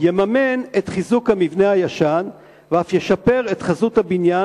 יממן את חיזוק המבנה הישן ואף ישפר את חזות הבניין,